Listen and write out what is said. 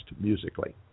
musically